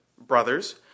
brothers